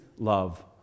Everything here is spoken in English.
Love